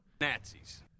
Nazis